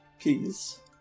please